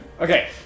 Okay